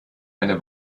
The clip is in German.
eine